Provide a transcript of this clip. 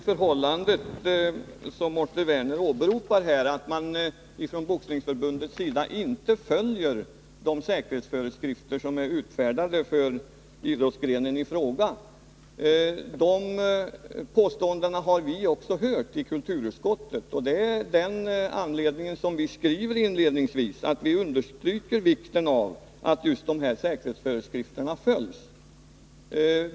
Fru talman! Också vi i kulturutskottet har hört de påståenden som Mårten Werner här åberopar, innebärande att Boxningsförbundet inte följer de säkerhetsföreskrifter som är utfärdade för idrottsgrenen i fråga. Det är av den anledningen som vi i betänkandet inledningsvis understryker vikten av att dessa säkerhetsbestämmelser följs.